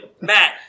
Matt